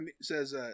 says